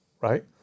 right